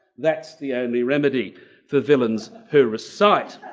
that's the only remedy for villains who recite.